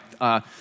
right